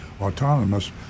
autonomous